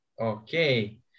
Okay